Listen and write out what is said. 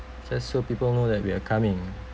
just so people know that we are coming